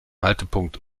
haltepunkt